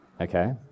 Okay